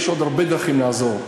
יש עוד הרבה דרכים לעזור,